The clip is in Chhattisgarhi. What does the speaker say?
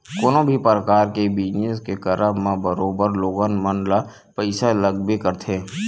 कोनो भी परकार के बिजनस के करब म बरोबर लोगन मन ल पइसा लगबे करथे